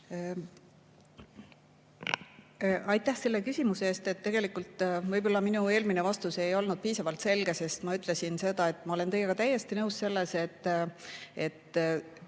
Aitäh selle küsimuse eest! Tegelikult võib-olla minu eelmine vastus teile ei olnud piisavalt selge. Ma ütlesin seda, et ma olen teiega täiesti nõus, et